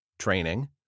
training